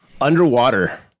Underwater